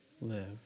live